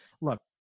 Look